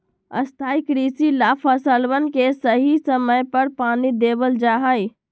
स्थाई कृषि ला फसलवन के सही समय पर पानी देवल जा हई